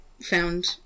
found